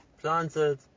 planted